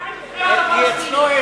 תודה.